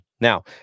now